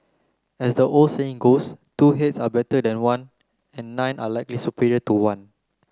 as the old saying goes two heads are better than one and nine are likely superior to one